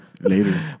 Later